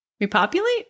Repopulate